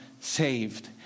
saved